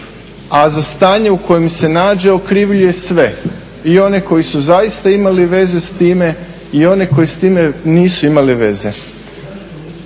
a za stanje u kojem se nađe okrivljuje sve i one koji su zaista imali veze sa time i one koji s time nisu imali veze.